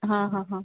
हां हां हां